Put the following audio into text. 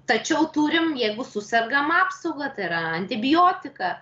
tačiau turim jeigu susergam apsaugą tai yra antibiotiką